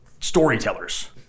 storytellers